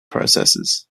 processes